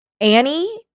Annie